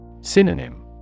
Synonym